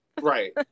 Right